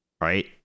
Right